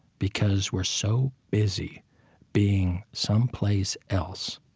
because we're so busy being someplace else